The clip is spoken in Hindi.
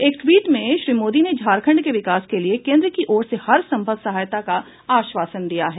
एक ट्वीट में श्री मोदी ने झारखंड के विकास के लिए केन्द्र की ओर से हर संभव सहायता का आश्वासन दिया है